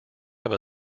have